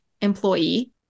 employee